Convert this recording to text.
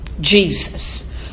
Jesus